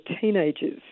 teenagers